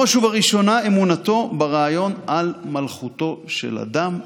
ובראש ובראשונה אמונתו ברעיון מלכותו של אדם,